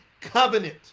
covenant